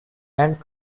and